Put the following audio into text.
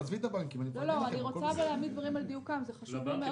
אני רוצה להעמיד דברים על דיוקם, זה חשוב לי מאוד.